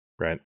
Right